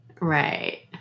Right